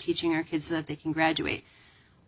teaching your kids that they can graduate